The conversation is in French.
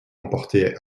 emporté